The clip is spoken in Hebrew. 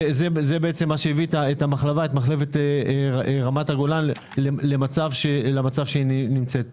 זה בעצם מה שהביא את מחלבת רמת-הגולן למצב שהיא נמצאת בו.